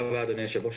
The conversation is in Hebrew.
היושב-ראש.